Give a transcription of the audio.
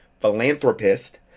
Philanthropist